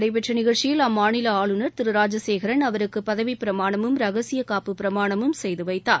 நடைபெற்ற நிகழ்ச்சியில் அம்மாநில ஜஸ்வாலில் ஆளுநர் திரு ராஜசேகரன் அவருக்கு பதவிப்பிரமாணமும் இரகசிய காப்பு பிரமாணமும் செய்து வைத்தார்